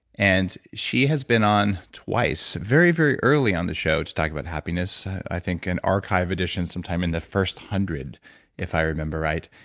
and she has been on twice very, very early on the show to talk about happiness, i think, in archive editions sometime in the first hundred if i remember right,